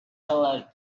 colored